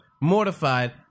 Mortified